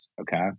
okay